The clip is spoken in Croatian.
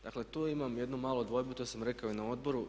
Dakle, tu imam jednu malu dvojbu, to sam rekao i na odboru.